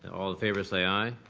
all in favor say aye.